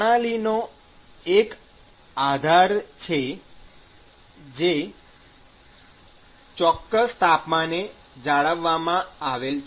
પ્રણાલીનો એક આધાર છે જે ચોક્કસ તાપમાને જાળવવામાં આવેલ છે